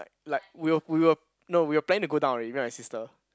like like we were we were no we were planning to go down already meet my sister